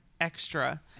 extra